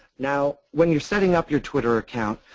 now, when you're setting up your twitter account,